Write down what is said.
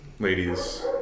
ladies